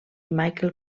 michael